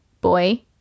boy